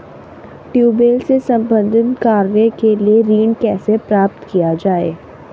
Tubewell से संबंधित कार्य के लिए ऋण कैसे प्राप्त किया जाए?